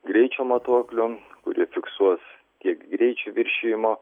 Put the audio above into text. greičio matuoklių kurie fiksuos tiek greičio viršijimo